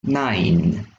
nine